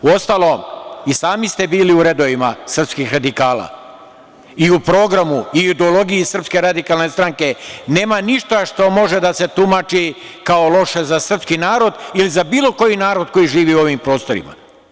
Uostalom, i sami ste bili u redovima srpskih radikala i u programu i u ideologiji Srpske radikalne stranke nema ništa što može da se tumači kao loše za srpski narod ili za bilo koji narod koji živi na ovim prostorima.